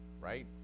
right